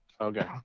Okay